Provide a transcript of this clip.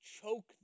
choke